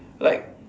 like